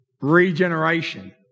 regeneration